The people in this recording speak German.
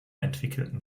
entwickelten